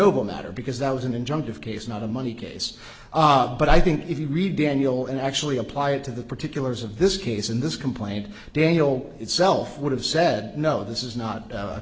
over matter because that was an injunctive case not a money case but i think if you read daniel and actually apply it to the particulars of this case in this complaint daniel itself would have said no this is not a